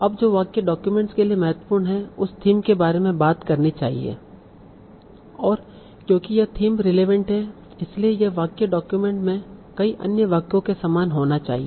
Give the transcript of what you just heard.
अब जो वाक्य डॉक्यूमेंट के लिए महत्वपूर्ण है उस थीम के बारे में बात करनी चाहिए और क्योंकि यह थीम रिलेवेंट है इसलिए यह वाक्य डॉक्यूमेंट में कई अन्य वाक्यों के समान होना चाहिए